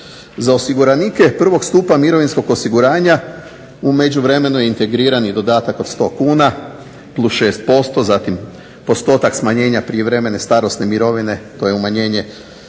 Za osiguranike 1. Stupa mirovinskog osiguranja u međuvremenu je integrirani dodatak od 100 kuna, plus 6%, zatim postotak smanjenja prijevremene starosne mirovine to je umanjenje